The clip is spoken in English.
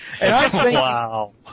Wow